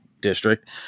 District